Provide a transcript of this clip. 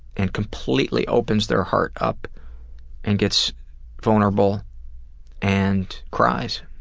and completely opens their heart up and gets vulnerable and cries.